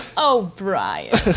O'Brien